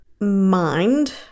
mind